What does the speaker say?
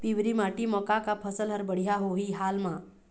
पिवरी माटी म का का फसल हर बढ़िया होही हाल मा?